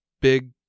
big